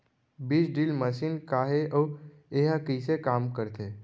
बीज drill machine का हे अऊ एहा कइसे काम करथे?